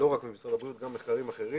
ולא רק במשרד הבריאות אלא גם במקומות אחרים,